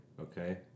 okay